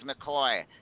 mccoy